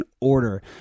order